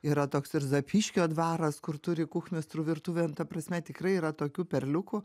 yra toks ir zapyškio dvaras kur turi kuchnistrų virtuvę ta prasme tikrai yra tokių perliukų